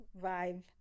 vibe